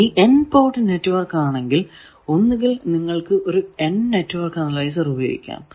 ഇനി n port network ആണെങ്കിൽ ഒന്നുകിൽ നിങ്ങൾക്കു ഒരു N നെറ്റ്വർക്ക് അനലൈസർ ഉപയോഗിക്കാം